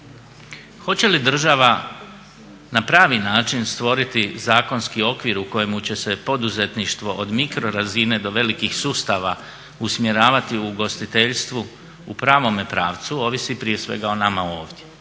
Hoće li država na pravi način stvoriti zakonski okvir u kojem će se poduzetništvo od mikrorazine do velikih sustava usmjeravati ugostiteljstvu u pravome pravcu ovisi prije svega o nama ovdje.